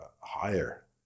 higher